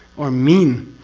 or mean.